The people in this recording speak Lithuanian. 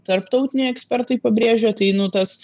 tarptautiniai ekspertai pabrėžia tai nu tas